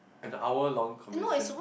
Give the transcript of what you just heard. an hour long conversation